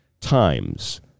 times